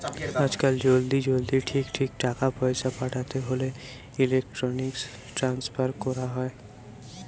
আজকাল জলদি জলদি ঠিক ঠিক টাকা পয়সা পাঠাতে হোলে ইলেক্ট্রনিক ট্রান্সফার কোরা হয়